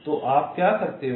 तो आप क्या करते हो